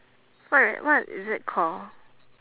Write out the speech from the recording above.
what what is it call